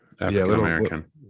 african-american